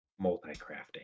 multi-crafting